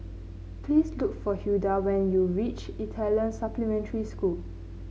please look for Hilda when you reach Italian Supplementary School